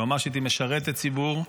היועמ"שית היא משרתת ציבור,